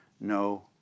no